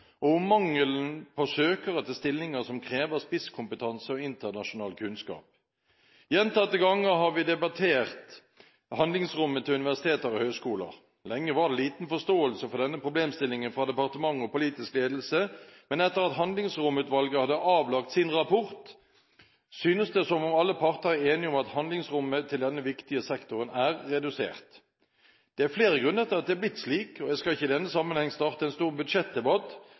og om mangelen på søkere til stillinger som krever spisskompetanse og internasjonal kunnskap. Gjentatte ganger har vi debattert handlingsrommet til universiteter og høyskoler. Lenge var det liten forståelse for denne problemstillingen fra departement og politisk ledelse, men etter at Handlingsromutvalget hadde avlagt sin rapport, synes det som om alle parter er enige om at handlingsrommet til denne viktige sektoren er redusert. Det er flere grunner til at det er blitt slik, og jeg skal ikke i denne sammenheng starte en stor budsjettdebatt,